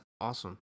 awesome